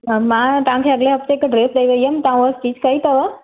मां तव्हांखे अगले हफ़्ते हिक ड्रैस ॾेई वेई हुअमि तव्हां उहा स्टिच कई अथव